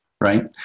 Right